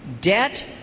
debt